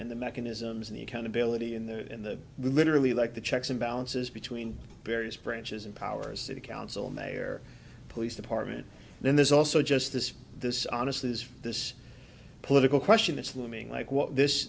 and the mechanisms of the accountability in the in the literally like the checks and balances between various branches of powers that council may or police department then there's also just this this honestly is this political question it's looming like what this